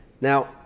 Now